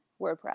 WordPress